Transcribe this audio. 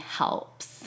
helps